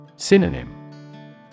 Synonym